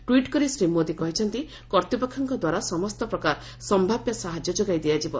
tweet କରି ଶ୍ରୀ ମୋଦି କହିଛନ୍ତି କର୍ତ୍ତୃପକ୍ଷଙ୍କ ଦ୍ୱାରା ସମସ୍ତ ପ୍ରକାର ସମ୍ଭାବ୍ୟ ସାହାଯ୍ୟ ଯୋଗାଇ ଦିଆଯିବ